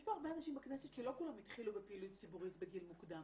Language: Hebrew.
יש פה הרבה אנשים בכנסת שלא כולם התחילו בפעילות ציבורית בגיל מוקדם